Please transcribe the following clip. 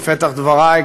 בפתח דברי,